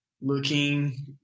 looking